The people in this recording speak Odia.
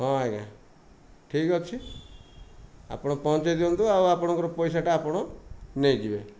ହଁ ଆଜ୍ଞା ଠିକ ଅଛି ଆପଣ ପହଞ୍ଚେଇ ଦିଅନ୍ତୁ ଆଉ ଆପଣଙ୍କର ପଇସାଟା ଆପଣ ନେଇଯିବେ